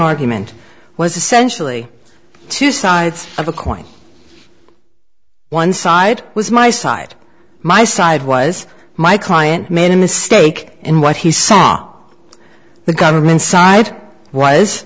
argument was essentially two sides of a coin one side was my side my side was my client made a mistake in what he said the government side was